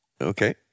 Okay